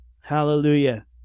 Hallelujah